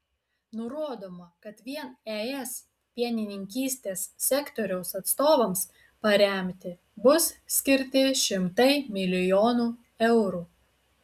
nurodoma kad vien es pienininkystės sektoriaus atstovams paremti bus skirti šimtai milijonų eurų